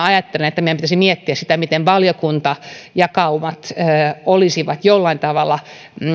ajattelen että meidän pitäisi miettiä sitä miten valiokuntajakaumat olisivat jollain tavalla